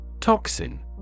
Toxin